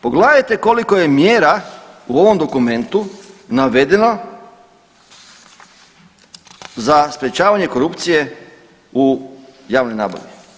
Pogledajte koliko je mjera u ovom dokumentu navedeno za sprječavanje korupcije u javnoj nabavi.